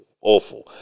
Awful